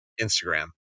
Instagram